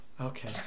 Okay